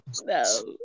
No